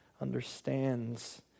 understands